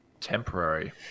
temporary